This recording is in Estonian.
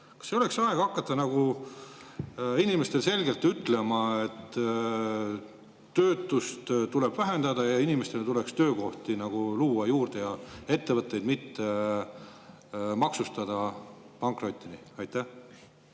Kas ei oleks aeg hakata inimestele selgelt ütlema, et töötust tuleb vähendada ja inimestele tuleks töökohti luua juurde, ja ettevõtteid mitte maksustada pankrotini? Aitäh,